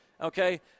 okay